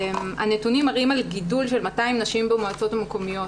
הנתונים מראים על גידול של 200 נשים במועצות המקומיות.